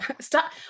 Stop